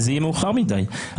זה יהיה מאוחר מדי.